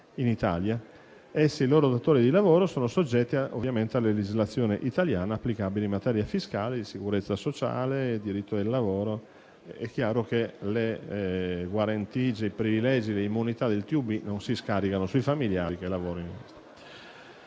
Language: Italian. in Italia. Essi e i loro datori di lavoro sono soggetti, ovviamente, alla legislazione italiana applicabile in materia fiscale, sicurezza sociale e diritto del lavoro. È chiaro che le guarentigie, i privilegi, le immunità del TUB non si scaricano sui familiari che lavorino.